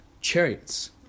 Chariots